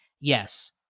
Yes